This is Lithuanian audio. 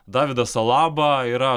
davidas alaba yra